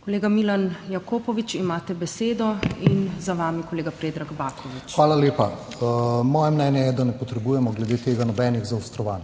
Kolega Milan Jakopovič, imate besedo, in za vami kolega Predrag Baković. MILAN JAKOPOVIČ (PS Levica): Hvala lepa. Moje mnenje je, da ne potrebujemo glede tega nobenih zaostrovanj.